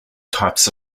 types